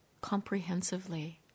comprehensively